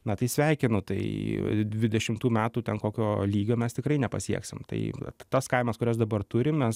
na tai sveikinu tai dvidešimtų metų ten kokio lygio mes tikrai nepasieksim tai tas kainas kurias dabar turim mes